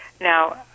Now